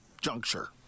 juncture